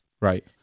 Right